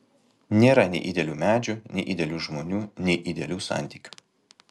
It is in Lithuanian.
nėra nei idealių medžių nei idealių žmonių nei idealių santykių